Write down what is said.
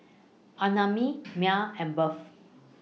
Annamae Maia and birth